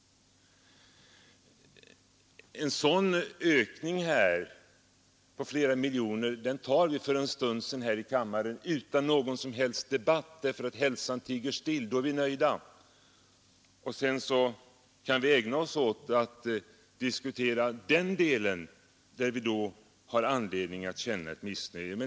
En ökning på många miljoner tog vi för en stund sedan här i riksdagen utan någon som helst debatt, därför att hälsan som bekant tiger still. Då var vi alla nöjda. Sedan kan vi desto livligare ägna oss åt att diskutera det avsnitt där vi har anledning känna visst missnöje.